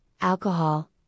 alcohol